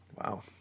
Wow